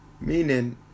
meaning